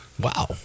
Wow